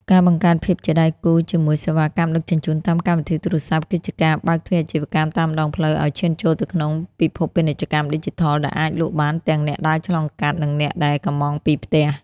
ការបង្កើតភាពជាដៃគូជាមួយសេវាកម្មដឹកជញ្ជូនតាមកម្មវិធីទូរស័ព្ទ គឺជាការបើកទ្វារអាជីវកម្មតាមដងផ្លូវឱ្យឈានចូលទៅក្នុងពិភពពាណិជ្ជកម្មឌីជីថល ដែលអាចលក់បានទាំងអ្នកដើរឆ្លងកាត់ និងអ្នកដែលកម្មង់ពីផ្ទះ។